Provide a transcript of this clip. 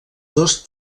dos